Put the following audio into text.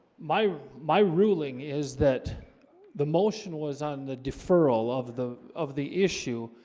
my my ruling is that the motion was on the deferral of the of the issue